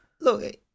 look